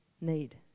need